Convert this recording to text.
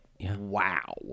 wow